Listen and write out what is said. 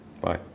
Bye